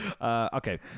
Okay